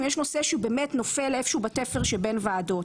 אם יש נושא שהוא באמת נופל איפה שהוא בתפר שבין ועדות.